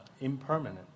impermanent